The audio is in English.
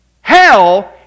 hell